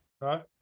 Right